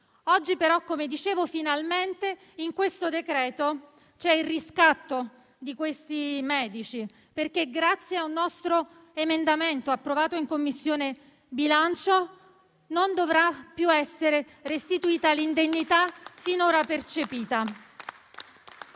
il decreto-legge in esame prevede il riscatto di questi medici, perché, grazie a un nostro emendamento approvato in Commissione bilancio, non dovrà più essere restituita l'indennità finora percepita